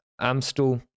Amstel